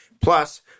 Plus